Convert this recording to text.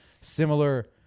Similar